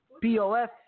POS